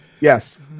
Yes